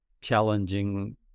challenging